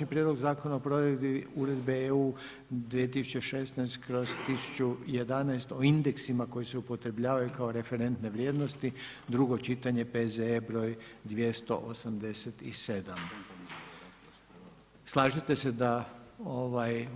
To su: - Prijedlog Zakona o provedbi Uredbe (EU) br. 1286/2014 o dokumentima s ključnim informacijama za upakirane investicijske proizvode Prvo čitanje, P.Z.E. br. 342 i - Konačni prijedlog Zakona o provedbi Uredbe (EU) 2016/1011 o indeksima koji se upotrebljavaju kao referente vrijednosti Drugo čitanje, P.Z.E. br. 287 Slažete se da